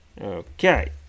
okay